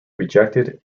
rejected